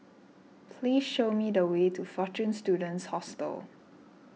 please show me the way to fortune Students Hostel